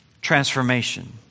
transformation